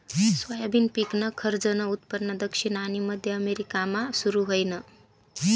soybean पिकनं खरंजनं उत्पन्न दक्षिण आनी मध्य अमेरिकामा सुरू व्हयनं